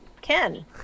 Ken